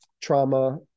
trauma